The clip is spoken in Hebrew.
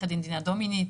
עו"ד דינה דומיניץ,